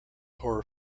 horror